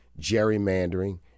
gerrymandering